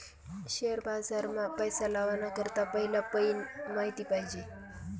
share बाजार मा पैसा लावाना करता पहिला पयीन माहिती पायजे